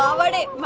um let it